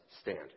stand